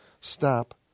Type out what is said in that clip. stop